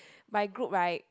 my group right